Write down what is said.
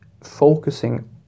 focusing